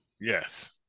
Yes